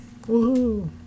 woohoo